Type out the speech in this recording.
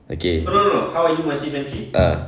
okay ah